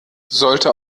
sollte